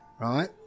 right